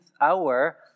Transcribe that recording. hour